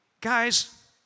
guys